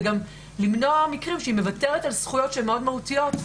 וגם למנוע מקרים שבהם היא מוותרת על זכויות מאוד מהותיות,